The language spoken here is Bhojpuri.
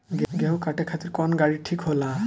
गेहूं काटे खातिर कौन गाड़ी ठीक होला?